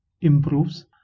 improves